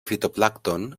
fitoplàncton